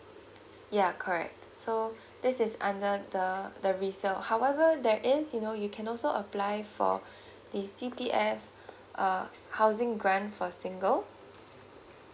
ya correct so this is under the the resale however that is you know you can also apply for this C_P_F uh housing grant for singles